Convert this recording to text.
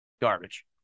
garbage